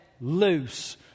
loose